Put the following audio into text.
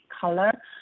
color